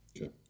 Okay